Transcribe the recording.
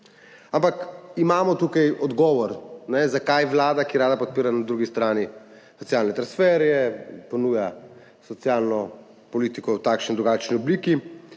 Ampak imamo tukaj odgovor, zakaj vlada, ki rada podpira na drugi strani socialne transferje, ponuja socialno politiko v takšni in drugačni obliki,